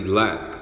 lack